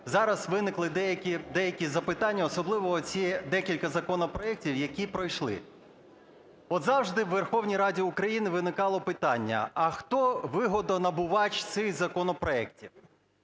зараз виникли деякі, деякі запитання, особливо оці декілька законопроектів, які пройшли. От завжди у Верховній Раді України виникало питання: а хто вигодонабувач цих законопроектів.